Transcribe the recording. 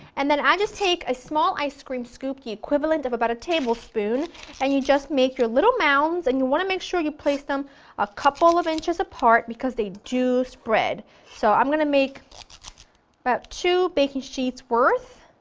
and then i just take a small ice cream scoop, the equivalent of about a tablespoon and you just make your little mounds and you want to make sure you place them a couple inches apart because they do spread. so i'm going to make about two baking sheets worth,